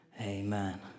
amen